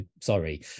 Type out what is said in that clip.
sorry